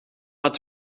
het